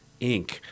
Inc